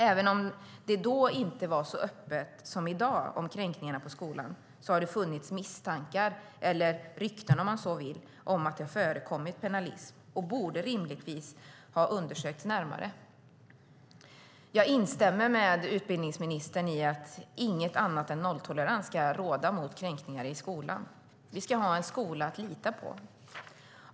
Även om det tidigare inte var så öppet som i dag om kränkningarna på skolan har det funnits misstankar, eller rykten, som man så vill, om att det förekommit pennalism. Det borde rimligtvis ha undersökts närmare. Jag instämmer med utbildningsministern i att inget annat än nolltolerans mot kränkningar i skolan ska råda. Vi ska ha en skola att lita på.